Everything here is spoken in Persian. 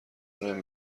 نمی